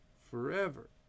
forever